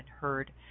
heard